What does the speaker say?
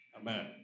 Amen